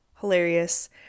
hilarious